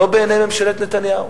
לא בעיני ממשלת נתניהו.